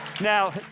Now